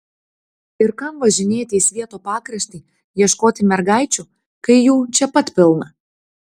ir kam važinėti į svieto pakraštį ieškoti mergaičių kai jų čia pat pilna